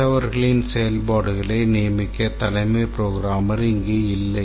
மற்றவர்களின் செயல்பாடுகளை நியமிக்க தலைமை புரோகிராமர் இங்கு இல்லை